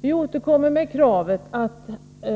Vi återkommer med kravet att 2